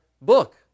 book